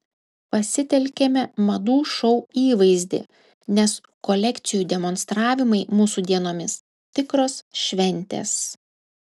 pasitelkėme madų šou įvaizdį nes kolekcijų demonstravimai mūsų dienomis tikros šventės